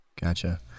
Gotcha